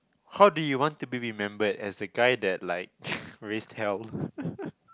how do you want to be remembered as a guy that like raised hell